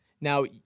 now